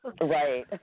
Right